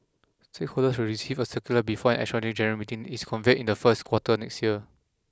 stakeholders will receive a circular before an extraordinary general meeting is conveyed in the first quarter next year